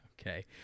Okay